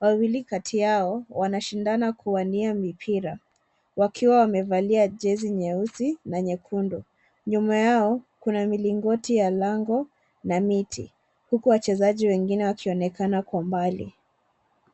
wawili kati yao, wanashindana wakiuania mipira, wakiwa wamevalia jezi nyeusi, na nyekundu. Nyuma yao, kuna milingoti ya lango, na miti, huku wachezaji wengine wakionekana kwa mbali.